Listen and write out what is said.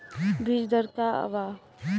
बीज दर का वा?